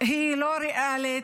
לא ריאלית,